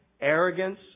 arrogance